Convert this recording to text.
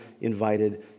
invited